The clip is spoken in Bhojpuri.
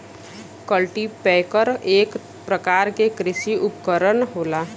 कल्टीपैकर एक परकार के कृषि उपकरन होला